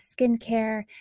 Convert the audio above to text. skincare